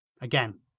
Again